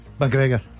McGregor